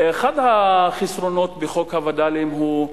אחד החסרונות בחוק הווד”לים הוא,